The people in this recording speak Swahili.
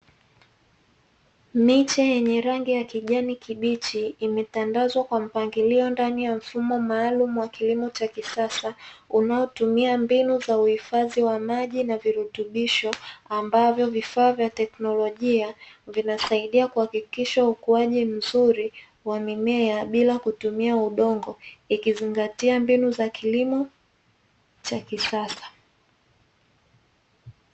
Miche yenye rangi ya kijani kibichi imetandazwa kwa mpangilio ndani ya mfumo maalumu wa kilimo cha kisasa unaotumia mbinu ya maji na virutubisho, ambavyo vifaa vya kiteknolojia vinasaidia kuhakikisha ukuaji mzuri wa mimea bila kutumia udongo ikizingatia mbinu za kilimo cha kisasa.